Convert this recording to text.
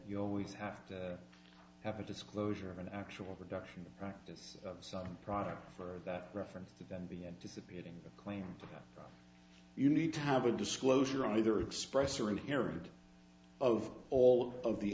you always have to have a disclosure of an actual production practice of some product for that reference to then be anticipating a claim you need to have a disclosure either express or inherent of all of the